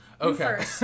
okay